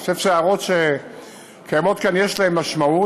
אני חושב שההערות שקיימות כאן, יש להן משמעות.